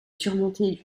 surmontée